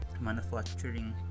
manufacturing